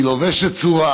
היא לובשת צורה